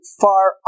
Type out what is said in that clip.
far